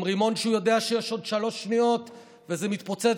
עם רימון שהוא יודע שיש עוד שלוש שניות וזה מתפוצץ,